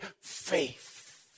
faith